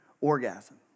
orgasm